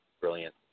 brilliant